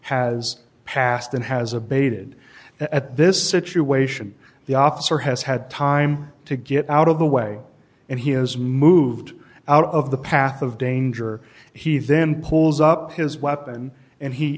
has past and has abated at this situation the officer has had time to get out of the way and he has moved out of the path of danger he then pulls up his weapon and he